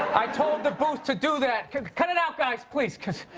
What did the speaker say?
i told the booth to do that cut it out, guys, please